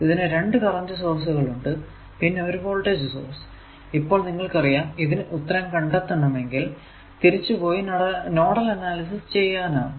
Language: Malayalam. ഇതിനു രണ്ടു കറന്റ് സോഴ്സുകൾ ഉണ്ട് പിന്നെ ഒരു വോൾടേജ് സോഴ്സ് ഇപ്പോൾ നിങ്ങൾക്കറിയാം ഇതിനു ഉത്തരം കണ്ടെത്തണമെങ്കിൽ തിരിച്ചു പോയി നോഡൽ അനാലിസിസ് ചെയ്യാനാകും